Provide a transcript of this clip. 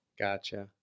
Gotcha